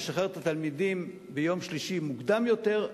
ומשחררים את התלמידים ביום שלישי מוקדם יותר,